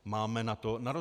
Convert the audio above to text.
Máme na to.